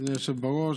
אדוני היושב בראש,